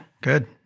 good